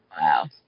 Wow